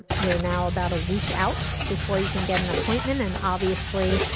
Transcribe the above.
we're now about a week out before you can get an appointment, and obviously,